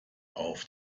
auf